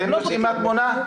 אתם יוצאים מהתמונה?